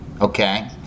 okay